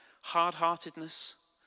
Hard-heartedness